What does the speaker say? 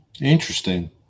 interesting